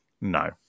No